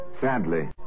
Sadly